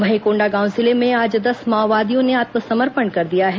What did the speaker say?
वहीं कोंडागांव जिले में आज दस माओवादियों ने आत्मसपर्मण कर दिया है